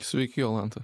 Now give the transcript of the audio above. sveiki jolanta